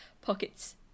pockets